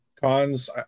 cons